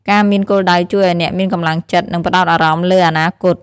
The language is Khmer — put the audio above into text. ការមានគោលដៅជួយឲ្យអ្នកមានកម្លាំងចិត្ត និងផ្តោតអារម្មណ៍លើអនាគត។